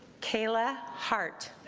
kayla hart